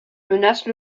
menacent